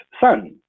son